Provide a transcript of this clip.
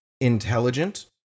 intelligent